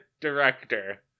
director